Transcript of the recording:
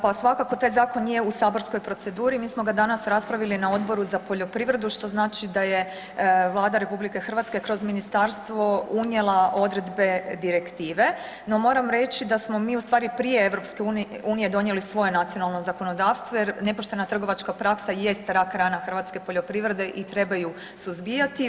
Pa svakako taj zakon je u saborskoj proceduri, mi smo ga danas raspravili na Odboru za poljoprivredu što znači da je Vlada RH kroz ministarstvo unijela odredbe direktive, no moram reći da smo mi ustvari prije EU donijeli svoje nacionalno zakonodavstvo jer nepoštena trgovačka praksa jest rak rana hrvatske poljoprivrede i treba ju suzbijati.